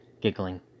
giggling